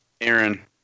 Aaron